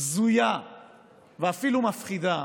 בזויה ואפילו מפחידה